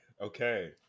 Okay